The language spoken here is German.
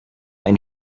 ein